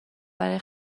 برای